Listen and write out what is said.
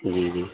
جی جی